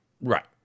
Right